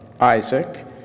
Isaac